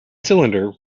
cylinder